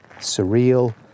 surreal